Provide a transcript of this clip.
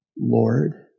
Lord